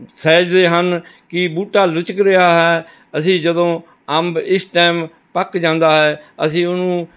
size ਦੇ ਹਨ ਕਿ ਬੂਟਾ ਲੁਚਕ ਰਿਹਾ ਹੈ ਅਸੀਂ ਜਦੋਂ ਅੰਬ ਇਸ ਟਾਇਮ ਪੱਕ ਜਾਂਦਾ ਹੈ ਅਸੀਂ ਉਹਨੂੰ